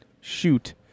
Shoot